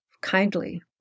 kindly